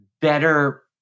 better